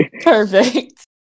Perfect